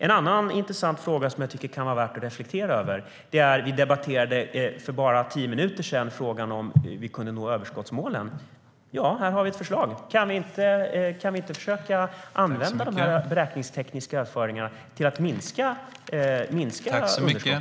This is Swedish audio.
En annan intressant fråga som vi debatterade för bara tio minuter sedan och som det kan vara värt att reflektera över är om vi skulle kunna klara överskottsmålet. Ja, här har vi ett förslag! Kan vi inte försöka använda de beräkningstekniska överföringarna till att minska underskotten?